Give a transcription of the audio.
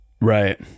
Right